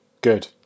good